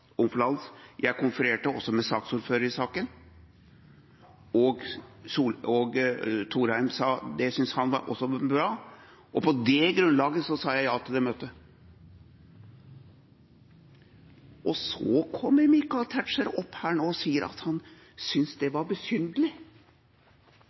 jeg – om forlatelse, om forlatelse – konfererte også med ordføreren for saken, og Thorheim sa at det syntes også han var bra. På det grunnlaget sa jeg ja til det møtet. Og så kommer Michael Tetzschner opp her nå og sier at han synes det